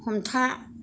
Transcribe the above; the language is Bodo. हमथा